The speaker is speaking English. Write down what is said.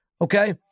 Okay